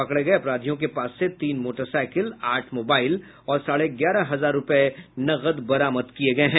पकड़े गये अपराधियों के पास से तीन मोटरसाईकिल आठ मोबाईल और साढे ग्यारह हजार रूपये नकद बरामद किये गये हैं